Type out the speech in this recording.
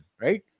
Right